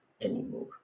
anymore